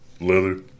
Leather